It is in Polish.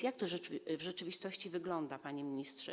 Jak to w rzeczywistości wygląda, panie ministrze?